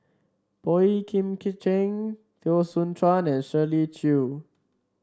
Boey Kim Cheng Teo Soon Chuan and Shirley Chew